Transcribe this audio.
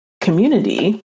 community